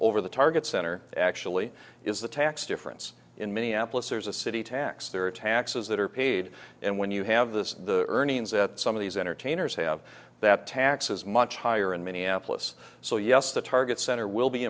over the target center actually is the tax difference in minneapolis there's a city tax there are taxes that are paid and when you have the earnings at some of these entertainers have that tax is much higher in minneapolis so yes the target center will be